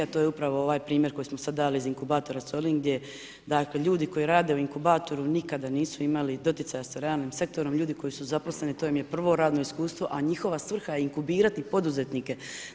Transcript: To je upravo ovaj primjer koji smo sad dali iz inkubatora Solin gdje dakle ljudi koji rade u inkubatoru nikada nisu imali doticaja sa realnim sektorom, ljudi koji su zaposleni to im je prvo radno iskustvo, a njihova svrha je inkubirati poduzetnike.